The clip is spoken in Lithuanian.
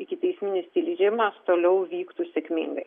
ikiteisminis tyrimas toliau vyktų sėkmingai